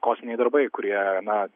kosminiai darbai kurie na